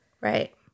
Right